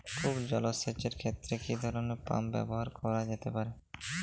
কূপ জলসেচ এর ক্ষেত্রে কি ধরনের পাম্প ব্যবহার করা যেতে পারে?